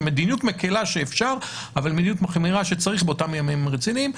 של מדיניות מקלה כשאפשר אבל מדיניות מחמירה כשצריך באותם ימים רציניים.